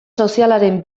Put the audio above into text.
sozialaren